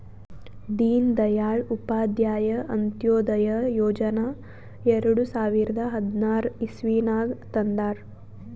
ದೀನ್ ದಯಾಳ್ ಉಪಾಧ್ಯಾಯ ಅಂತ್ಯೋದಯ ಯೋಜನಾ ಎರಡು ಸಾವಿರದ ಹದ್ನಾರ್ ಇಸ್ವಿನಾಗ್ ತಂದಾರ್